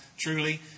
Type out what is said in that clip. truly